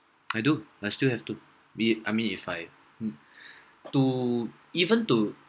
I do I still have to be I mean if I mm to even to